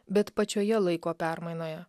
bet pačioje laiko permainoje